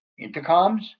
intercoms